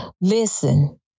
Listen